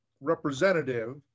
representative